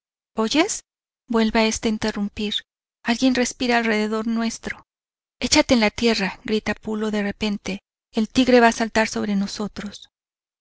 oyes vuelve esta a interrumpir alguien respira alrededor nuestro échate en tierra grita pulo de repente el tigre va a saltar sobre nosotros